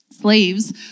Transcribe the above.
Slaves